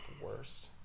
worst